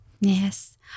Yes